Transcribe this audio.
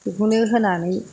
बेखौनो होनानै